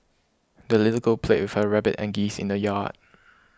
the little girl played with her rabbit and geese in the yard